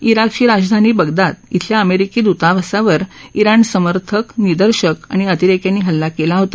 इराकची राजधानी बगदाद इथल्या अमेरिकी दुतावासावर इराण समर्थक निदर्शक आणि अतिरेक्यांनी हल्ला केला होता